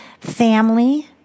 family